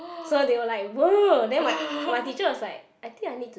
so they were like !woah! then my then my teacher was like I think I need to